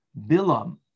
Bilam